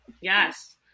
Yes